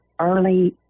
early